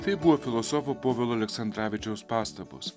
tai buvo filosofo povilo aleksandravičiaus pastabos